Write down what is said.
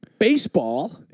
Baseball